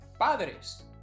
padres